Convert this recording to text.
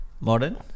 modern